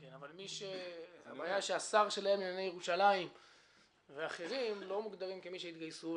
אבל הבעיה היא שהשר שלהם לענייני ירושלים לא מוגדרים כמי שהתגייסו.